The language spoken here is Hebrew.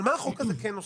אבל מה החוק הזה כן עושה?